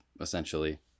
essentially